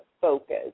focus